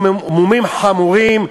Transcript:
או מומים חמורים,